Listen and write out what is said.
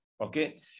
Okay